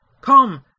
Come